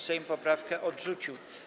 Sejm poprawkę odrzucił.